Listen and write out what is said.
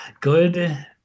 Good